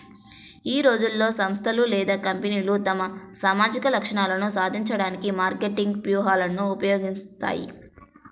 ఈ రోజుల్లో, సంస్థలు లేదా కంపెనీలు తమ సామాజిక లక్ష్యాలను సాధించడానికి మార్కెటింగ్ వ్యూహాలను ఉపయోగిస్తాయి